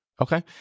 Okay